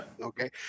Okay